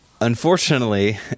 Unfortunately